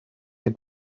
and